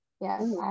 Yes